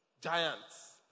giants